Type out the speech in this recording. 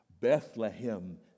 Bethlehem